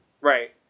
Right